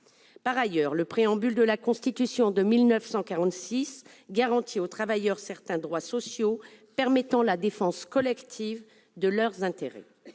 Par ailleurs, le préambule de la Constitution de 1946 garantit aux travailleurs certains droits sociaux et permet ainsi la défense collective de leurs intérêts.